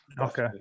Okay